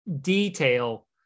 detail